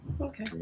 Okay